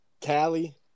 Cali